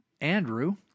Andrew